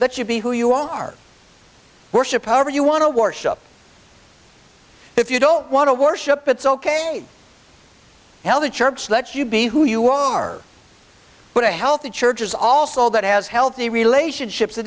that you be who you are worship however you want to worship if you don't want to worship it's ok well the church lets you be who you are but a healthy church is also that has healthy relationships t